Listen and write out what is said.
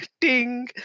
Ding